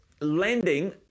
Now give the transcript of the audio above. lending